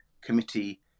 committee